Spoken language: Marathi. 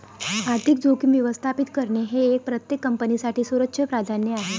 आर्थिक जोखीम व्यवस्थापित करणे हे प्रत्येक कंपनीसाठी सर्वोच्च प्राधान्य आहे